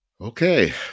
Okay